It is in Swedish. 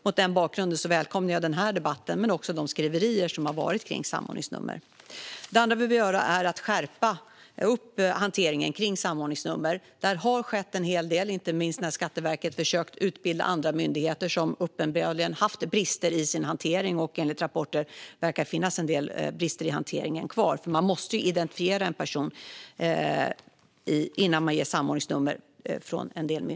Mot denna bakgrund välkomnar jag denna debatt men också de skriverier som har varit kring samordningsnummer. Det andra vi behöver göra är att skärpa hanteringen kring samordningsnummer. Där har en hel del skett. Inte minst har Skatteverket försökt utbilda andra myndigheter som uppenbarligen haft brister i sin hantering och där det enligt rapporter verkar finnas en del brister kvar. En myndighet måste identifiera en person innan ett samordningsnummer beställs.